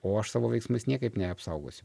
o aš savo veiksmas niekaip neapsaugosiu